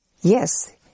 Yes